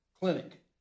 clinic